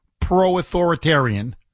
pro-authoritarian